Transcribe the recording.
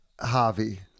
Harvey